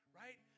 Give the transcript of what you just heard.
right